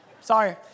sorry